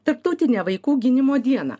tarptautinę vaikų gynimo dieną